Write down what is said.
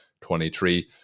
23